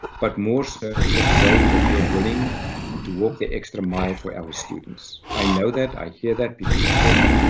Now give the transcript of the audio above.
but sort of for the way that you're willing to walk the extra mile for our students. i know that, i hear that, people talk.